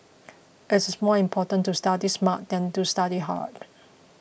it is more important to study smart than to study hard